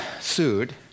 sued